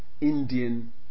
Indian